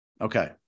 okay